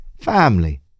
family